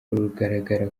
rugaragara